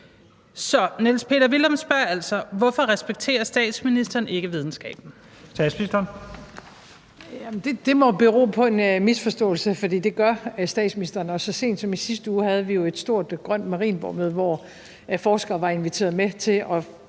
(Leif Lahn Jensen): Statsministeren. Kl. 13:51 Statsministeren (Mette Frederiksen): Det må bero på en misforståelse, for det gør statsministeren, og så sent som i sidste uge havde vi jo et stort grønt Marienborgmøde, hvor forskere var inviteret med til at